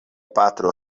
patro